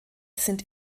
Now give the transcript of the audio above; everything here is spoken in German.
sind